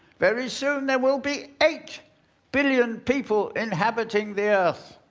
very soon there will be eight billion people inhabiting the earth.